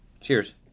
Cheers